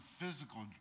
physical